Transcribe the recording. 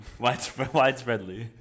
Widespreadly